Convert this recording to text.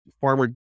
farmer